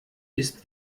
ist